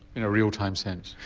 in a real time sense?